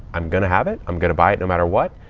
i'm going to have it. i'm going to buy it no matter what.